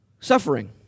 Suffering